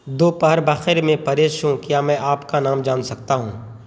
دوپہر بخیر میں پریش ہوں کیا میں آپ کا نام جان سکتا ہوں